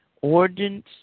ordinance